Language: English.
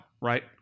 right